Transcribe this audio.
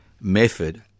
method